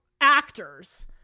actors